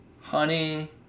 honey